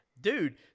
Dude